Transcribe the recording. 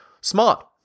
Smart